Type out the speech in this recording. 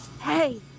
hey